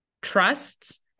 trusts